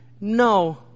No